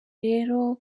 rero